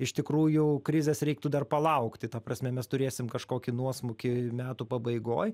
iš tikrųjų krizės reiktų dar palaukti ta prasme mes turėsim kažkokį nuosmukį metų pabaigoj